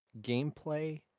gameplay